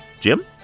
Jim